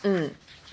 mm